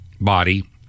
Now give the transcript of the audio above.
body